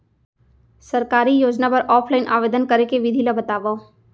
सरकारी योजना बर ऑफलाइन आवेदन करे के विधि ला बतावव